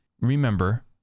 Remember